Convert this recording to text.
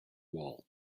wall